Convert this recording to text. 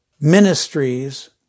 ministries